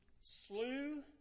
slew